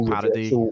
parody